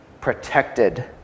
protected